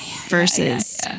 versus